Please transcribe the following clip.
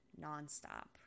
nonstop